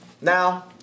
Now